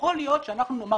יכול להיות שאנחנו נאמר